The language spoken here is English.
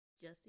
Jesse